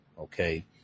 okay